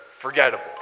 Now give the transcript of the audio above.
forgettable